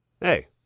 hey